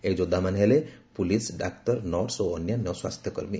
ଏହି ଯୋଦ୍ଧାମାନେ ହେଲେ ପୁଲିସ୍ ଡାକ୍ତର ନର୍ସ ଓ ଅନ୍ୟାନ୍ୟ ସ୍ୱାସ୍ଥ୍ୟକର୍ମୀ